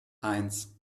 eins